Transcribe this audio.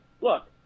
Look